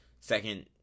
second